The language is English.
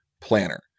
planner